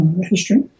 history